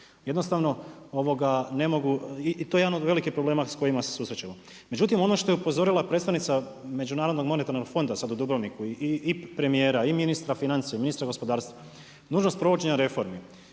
Jednostavno ne mogu i to je jedan od velikih problema s kojima se susrećemo. Međutim ono što je upozorila predstavnica Međunarodnog monetarnog fonda sada u Dubrovniku i premijera i ministra financija, ministra gospodarstva, nužnost provođenja reformi.